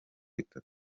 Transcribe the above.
itanu